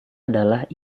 adalah